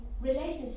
relationship